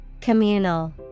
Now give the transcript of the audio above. Communal